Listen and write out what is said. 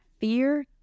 fear